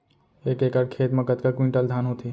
एक एकड़ खेत मा कतका क्विंटल धान होथे?